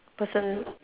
person